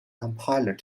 compiler